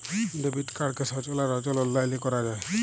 debit কাড়কে সচল আর অচল অললাইলে ক্যরা যায়